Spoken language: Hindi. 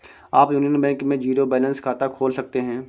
आप यूनियन बैंक में जीरो बैलेंस खाता खोल सकते हैं